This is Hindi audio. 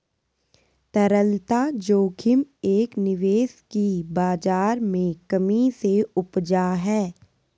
तरलता जोखिम एक निवेश की बाज़ार में कमी से उपजा है